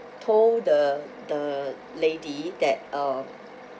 told the the lady that uh